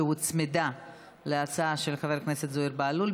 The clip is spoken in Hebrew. שהוצמדה להצעה של חבר הכנסת זוהיר בהלול.